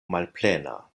malplena